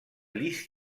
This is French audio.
listes